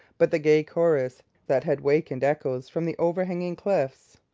but the gay chorus that had wakened echoes from the overhanging cliffs,